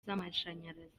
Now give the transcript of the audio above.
z’amashanyarazi